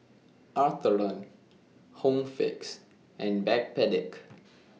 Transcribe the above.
Atherton Home Fix and Backpedic